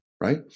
right